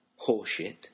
horseshit